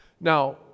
Now